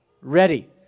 ready